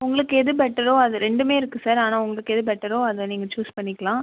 உங்களுக்கு எது பெட்டரோ அது ரெண்டுமே இருக்குது சார் ஆனால் உங்களுக்கு எது பெட்டரோ அதை நீங்கள் ச்சூஸ் பண்ணிக்கலாம்